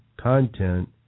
content